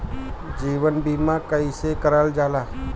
जीवन बीमा कईसे करल जाला?